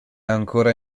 ancora